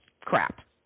crap